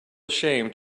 ashamed